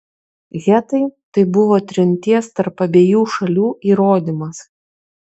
hetai tai buvo trinties tarp abiejų šalių įrodymas